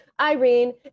Irene